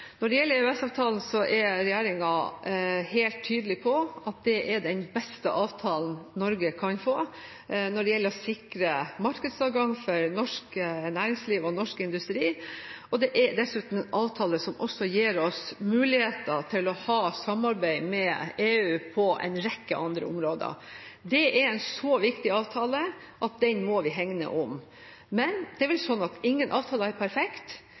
Når det gjelder EØS-avtalen, er regjeringen helt tydelig på at det er den beste avtalen Norge kan få når det gjelder å sikre markedsadgang for norsk næringsliv og norsk industri. Det er dessuten en avtale som gir oss muligheten til å ha samarbeid med EU på en rekke andre områder. Det er en så viktig avtale at den må vi hegne om. Men det er vel slik at ingen avtale er perfekt.